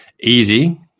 easy